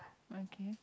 okay